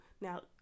Now